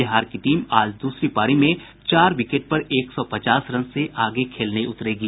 बिहार की टीम आज दूसरी पारी में चार विकेट पर एक सौ पचास रन से आगे खेलने उतरेगी